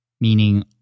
Meaning